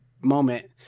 moment